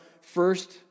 First